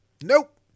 Nope